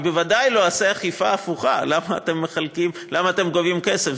אני ודאי לא אעשה אכיפה הפוכה: למה אתם גובים כסף?